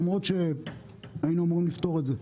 למרות שהיינו אמורים לפתור את זה.